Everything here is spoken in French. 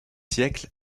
siècles